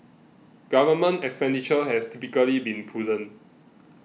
government expenditure has typically been prudent